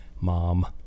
mom